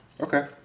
Okay